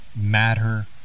Matter